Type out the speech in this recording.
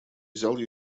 взял